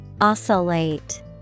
Oscillate